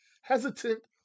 hesitant